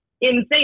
insane